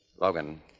Logan